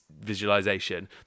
visualization